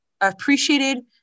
appreciated